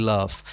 Love